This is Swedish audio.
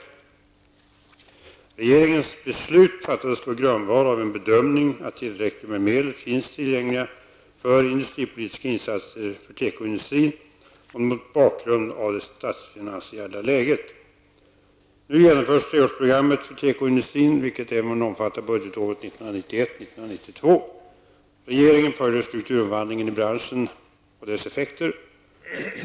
Regeringens beslut fattades på grundval av en bedömning att tillräckligt med medel finns tillgängliga för industripolitiska insatser för tekoindustrin och mot bakgrund av det statsfinansiella läget. Nu genomförs treårsprogrammet för tekoindustrin vilket även omfattar budgetåret 1991/92. Regeringen följer strukturomvandlingen i branschen och dess effekter.